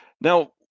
Now